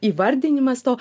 įvardinimas to